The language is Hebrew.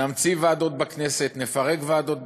נמציא ועדות בכנסת, נפרק ועדות בכנסת,